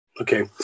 Okay